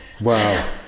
Wow